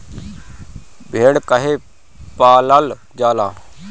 भेड़ काहे पालल जाला?